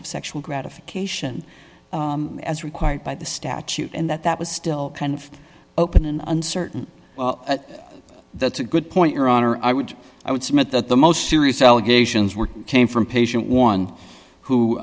of sexual gratification as required by the statute and that that was still kind of open and uncertain that's a good point your honor i would i would submit that the most serious allegations were came from patient one who